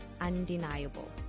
Undeniable